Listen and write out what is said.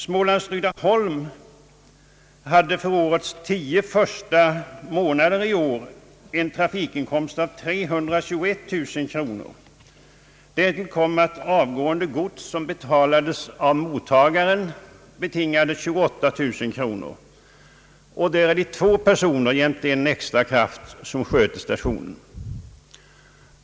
Smålands Rydaholm hade för de tio första månaderna i år en trafikinkomst av 321000 kronor. Därtill kommer att avgående gods som betalats av mottagarna betingat 28 000 kronor. Det är två personer jämte en extra kraft som sköter den stationen.